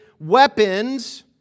weapons